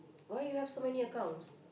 why you have so many accounts